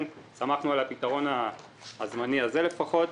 לכן שמחנו על הפתרון הזמני הזה לפחות.